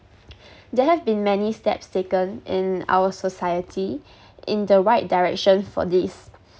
there have been many steps taken in our society in the right direction for this